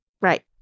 Right